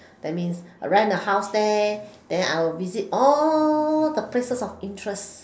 that means rent a house there then I will visit all the places of interest